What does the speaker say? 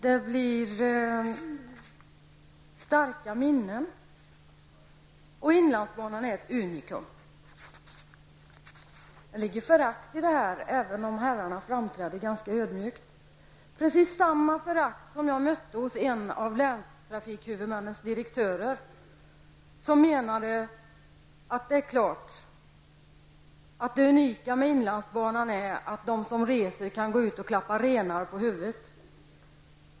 Det blir starka minnen, och inlandsbanan är ett unikum. Det ligger förakt i detta även om herrarna framträder ganska ödmjukt. Precis samma förakt mötte jag hos en av länstrafikhuvudmännens direktörer, som menade att det unika med inlandsbanan är att de som reser kan gå ut och klappa renar på huvudet.